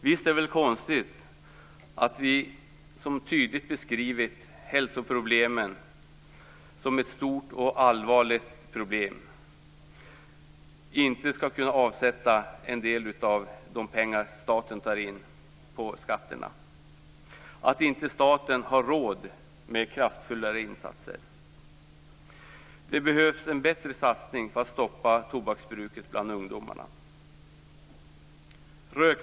Visst är det väl konstigt att vi som tydligt har beskrivit hälsoproblemen som stora och allvarliga problem inte skall kunna avsätta en del av de pengar som staten tar in på skatterna och att staten inte har råd med kraftfullare insatser! Det behövs en bättre satsning för att stoppa tobaksbruket bland ungdomarna.